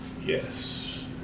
yes